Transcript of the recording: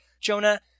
Jonah